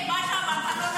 כי אתה לא